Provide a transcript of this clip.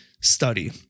study